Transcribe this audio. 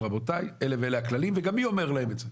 רבותיי אלה ואלה הכללים וגם מי אומר להם את זה.